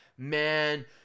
Man